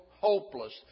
hopeless